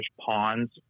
ponds